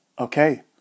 Okay